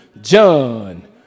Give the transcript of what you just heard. John